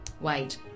Wait